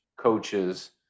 coaches